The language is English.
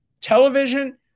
Television